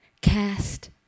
cast